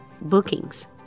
bookings